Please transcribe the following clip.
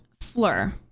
Fleur